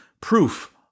proof